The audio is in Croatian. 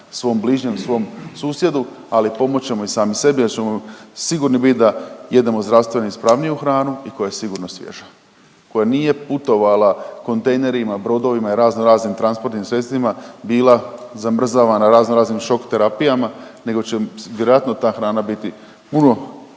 svom bližnjem, svom susjedu, ali pomoći ćemo i sami sebi jer ćemo sigurni bit da jedemo zdravstveno ispravniju hranu i koja je sigurno svježa, koja nije putovala kontejnerima, brodovima i razno raznim transportnim sredstvima, bila zamrzavana razno raznim šok terapijama nego će vjerojatno ta hrana biti puno,